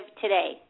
today